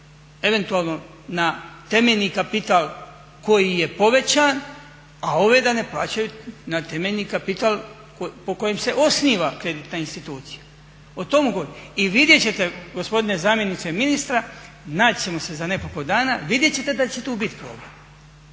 eventualno na temeljni kapital koji je povećan, a ove da ne plaćaju na temeljni kapital po kojem se osniva kreditna institucija. O tome govorim. I vidjeti ćete gospodine zamjeniče ministra, naći ćemo se za nekoliko dana, vidjeti ćete da će tu biti problem.